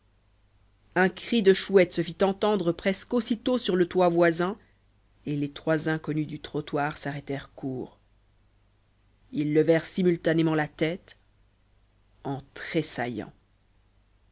un cri de chouette se fit entendre presqu'aussitôt sur le toit voisin et les trois inconnus du trottoir s'arrêtèrent court ils levèrent simultanément la tête en